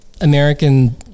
American